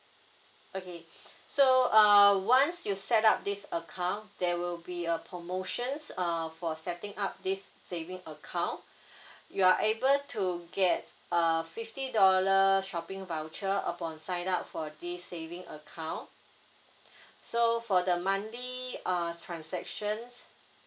okay so uh once you set up this account there will be a promotion uh for setting up this saving account you are able to get a fifty dollar shopping voucher upon sign up for this saving account so for the monthly uh transactions